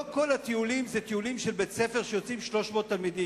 לא כל הטיולים הם טיולים של בית-ספר שיוצאים אליהם 300 תלמידים.